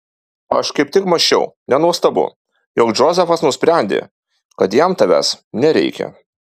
aš kaip tik mąsčiau nenuostabu jog džozefas nusprendė kad jam tavęs nereikia